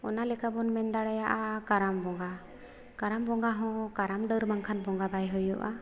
ᱚᱱᱟ ᱞᱮᱠᱟᱵᱚᱱ ᱢᱮᱱ ᱫᱟᱲᱮᱭᱟᱜᱼᱟ ᱠᱟᱨᱟᱢ ᱵᱚᱸᱜᱟ ᱠᱟᱨᱟᱢ ᱵᱚᱸᱜᱟ ᱦᱚᱸ ᱠᱟᱨᱟᱢ ᱰᱟᱹᱨ ᱵᱟᱝᱠᱷᱟᱱ ᱵᱚᱸᱜᱟ ᱵᱟᱭ ᱦᱩᱭᱩᱜᱼᱟ